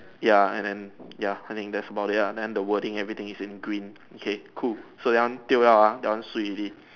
ya and then ya I think that is about it lah then the wording everything is in green okay cool so that one tio liao ah that one swee already